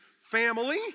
family